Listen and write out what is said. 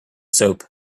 soap